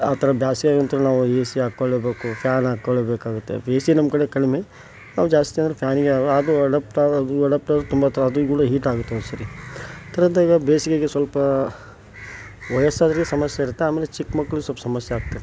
ಆ ಥರ ಬ್ಯಾಸ್ಗೆಗೆ ಅಂತೂ ನಾವು ಎ ಸಿ ಹಾಕ್ಕೊಳ್ಳೇಬೇಕು ಪ್ಯಾನ್ ಹಾಕ್ಕೊಳ್ಳೇಬೇಕಾಗುತ್ತೆ ಎ ಸಿ ನಮ್ಮ ಕಡೆ ಕಡಿಮೆ ನಾವು ಜಾಸ್ತಿ ಅಂದ್ರೆ ಪ್ಯಾನಿಗೆ ಅವು ಅದು ಅಡಾಪ್ಟರ್ ಇದು ಅಡಾಪ್ಟರ್ ತುಂಬ ತೊ ಅದು ಕೂಡ ಹೀಟ್ ಆಗುತ್ತೆ ಒಂದೊಂದ್ಸರಿ ತಡದ್ದಾಗ ಬೇಸಿಗೆಗೆ ಸ್ವಲ್ಪ ವಯಸ್ಸಾದರೆ ಸಮಸ್ಸೆ ಇರುತ್ತೆ ಆಮೇಲೆ ಚಿಕ್ಕ ಮಕ್ಕಳು ಸ್ವಲ್ಪ ಸಮಸ್ಯೆ ಆಗ್ತಿರುತ್ತೆ